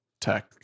tech